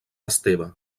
esteve